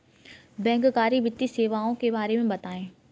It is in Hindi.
बैंककारी वित्तीय सेवाओं के बारे में बताएँ?